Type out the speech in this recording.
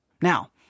Now